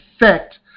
effect